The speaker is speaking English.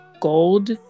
gold